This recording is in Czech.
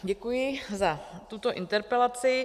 Děkuji za tuto interpelaci.